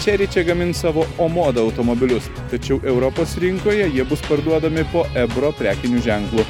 chery čia gamins savo omoda automobilius tačiau europos rinkoje jie bus parduodami po ebro prekiniu ženklu